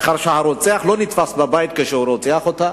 מאחר שהרוצח לא נתפס בבית כשהוא רוצח אותה.